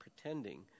pretending